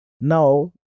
Now